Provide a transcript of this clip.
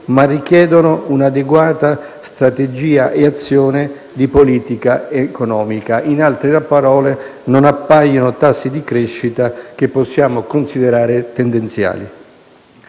ma richiedono un'adeguata strategia e azione di politica economica: in altre parole, non appaiono tassi di crescita che possiamo considerare tendenziali.